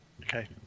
Okay